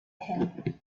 him